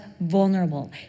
vulnerable